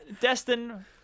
Destin